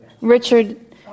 Richard